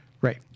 Right